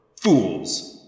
Fools